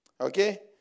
Okay